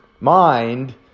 mind